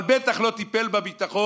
אבל הוא בטח לא טיפל בביטחון,